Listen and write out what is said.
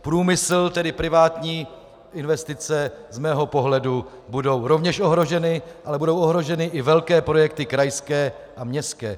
Průmysl, tedy privátní investice z mého pohledu budou rovněž ohroženy, ale budou ohroženy i velké projekty krajské a městské.